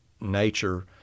nature